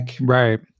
Right